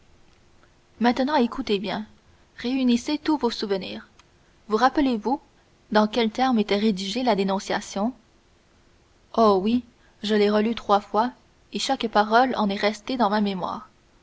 maintenant écoutez bien réunissez tous vos souvenirs vous rappelez-vous dans quels termes était rédigée la dénonciation oh oui je l'ai relue trois fois et chaque parole en est restée dans ma mémoire